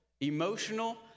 Emotional